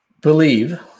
believe